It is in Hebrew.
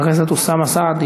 חבר הכנסת ג'מאל זחאלקה,